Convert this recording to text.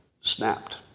snapped